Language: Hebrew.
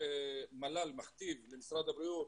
בכך שמבחינת משרד הבריאות,